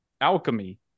alchemy